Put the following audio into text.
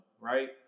Right